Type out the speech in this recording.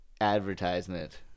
advertisement